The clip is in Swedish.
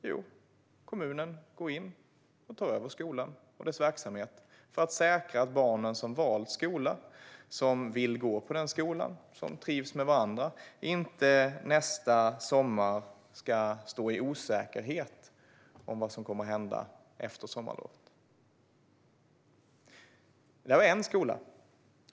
Jo, kommunen går in och tar över skolan och dess verksamhet för att säkra att barnen som valt skolan, som vill gå på den skolan och som trivs med varandra inte nästa sommar ska leva i osäkerhet om vad som kommer att hända efter sommarlovet. Det var en skola.